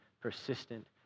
persistent